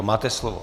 Máte slovo.